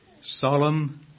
solemn